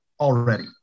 already